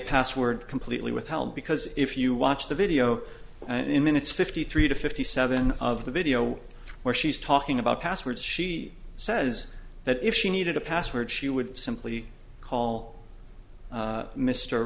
password completely withheld because if you watch the video in minutes fifty three to fifty seven of the video where she's talking about passwords she says that if she needed a password she would simply call